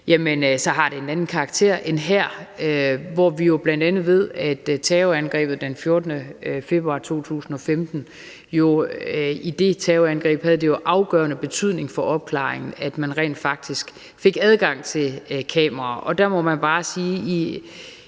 L 102, så har det en anden karakter end her. Vi ved jo bl.a., at i terrorangrebet den 14. februar 2015 havde det afgørende betydning for opklaringen, at man rent faktisk fik adgang til kameraer. Der må man bare sige,